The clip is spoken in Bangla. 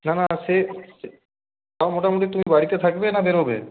না না সে তাও মোটামুটি তুমি বাড়িতে থাকবে না বেরোবে